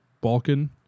Balkan